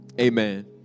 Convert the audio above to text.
Amen